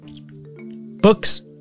Books